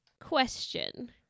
Question